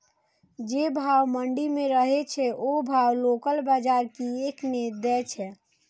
जे भाव मंडी में रहे छै ओ भाव लोकल बजार कीयेक ने दै छै?